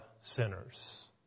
Sinners